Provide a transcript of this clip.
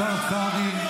השר קרעי.